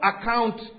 account